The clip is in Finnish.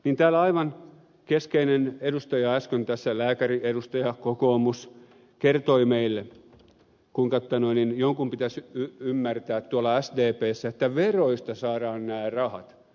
täällä aivan keskeinen edustaja äsken lääkäriedustaja kokoomus kertoi meille kuinka jonkun pitäisi ymmärtää sdpssä että veroista saadaan nämä rahat